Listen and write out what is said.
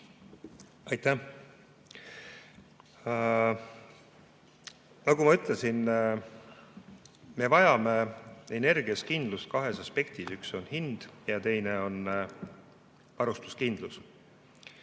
Aitäh! Nagu ma ütlesin, me vajame energia puhul kindlust kahes aspektis: üks on hind ja teine on varustuskindlus.